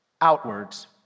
outwards